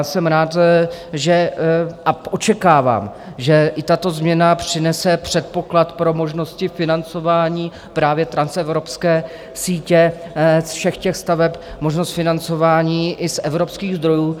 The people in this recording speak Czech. Jsem rád a očekávám, že i tato změna přinese předpoklad pro možnosti financování právě transevropské sítě všech těch staveb, možnost financování i z evropských zdrojů.